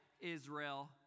Israel